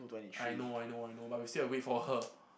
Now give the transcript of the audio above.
I know I know I know but we still have to wait for her